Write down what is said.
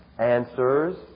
Answers